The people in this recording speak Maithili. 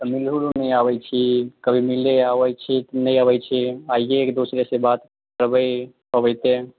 कभी मिलहुँ लए नहि आबैत छी कभी मिले आबैत छी नहि आबैत छी आइए एक दूसरे से बात करबै अबै पे